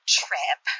trip